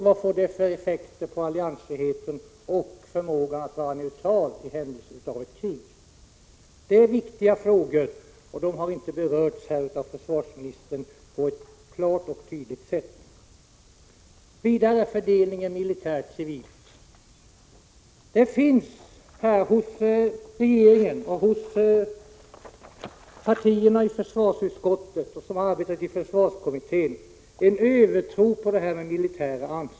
Vad får det för effekter för alliansfriheten och förmågan att vara neutral i händelse av krig? Det är viktiga frågor, och dem har försvarsministern inte behandlat på ett klart och tydligt sätt. Vidare till fördelningen militärt — civilt. Det finns hos regeringen och hos partierna i försvarsutskottet och i försvarskommittén en övertro på anslag till det militära.